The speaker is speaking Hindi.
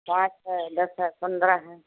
पाँच है दस है पंद्रह है